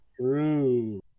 True